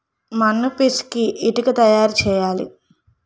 మన్ను పిసికి ఇటుక తయారు చేయాలి